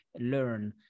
learn